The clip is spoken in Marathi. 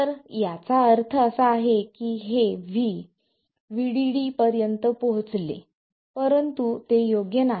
तर याचा अर्थ असा आहे की हे V VDDपर्यंत पोहोचले परंतु ते योग्य नाही